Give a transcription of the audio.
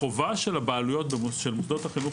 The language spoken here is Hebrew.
החובה של הבעלויות של מוסדות החינוך